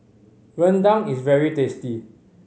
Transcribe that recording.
rendang is very tasty